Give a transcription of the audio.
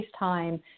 FaceTime